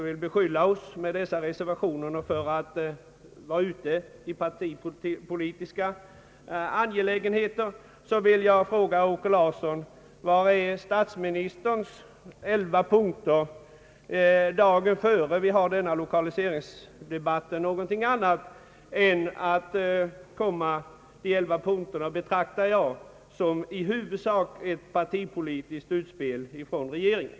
Vad beträffar partipolitiska angelägenheter vill jag för övrigt fråga herr Åke Larsson: Är statsministerns elva punkter, som offentliggjordes dagen före denna lokaliseringsdebatt, något annat än ett i huvudsak partipolitiskt utspel från regeringen?